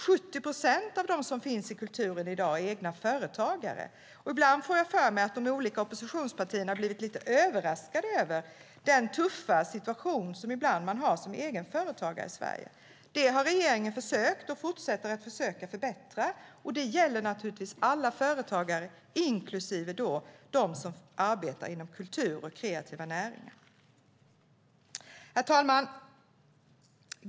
70 procent av dem som verkar inom kulturen i dag är egenföretagare. Ibland får jag för mig att de olika oppositionspartierna har blivit lite överraskade över den tuffa situation som man har som egenföretagare i Sverige. Där har regeringen försökt att fortsätta att förbättra för dem, och det gäller naturligtvis alla företagare, inklusive dem som arbetar inom kultur och kreativa näringar. Herr talman!